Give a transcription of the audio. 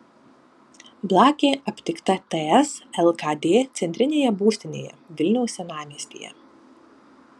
blakė aptikta ts lkd centrinėje būstinėje vilniaus senamiestyje